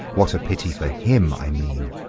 what a pity for him, i mean.